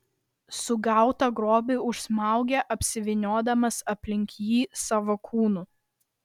sugautą grobį užsmaugia apsivyniodamas aplink jį savo kūnu